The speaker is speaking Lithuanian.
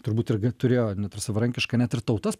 turbūt irga turėjo net ir savarankiška net ir tautas